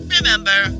Remember